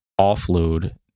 offload